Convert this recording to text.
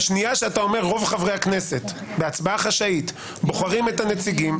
בשנייה שאתה אומר רוב חברי הכנסת בהצבעה חשאית בוחרים את הנציגים,